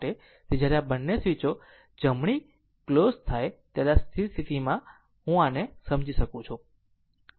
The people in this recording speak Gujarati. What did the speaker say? તેથી જ્યારે આ બંને સ્વીચો જમણી ક્લોઝ થાય ત્યારે આ સ્થિતિમાં હું આ ને સમજી શકું છું